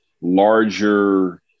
larger